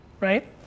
right